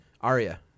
Arya